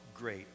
Great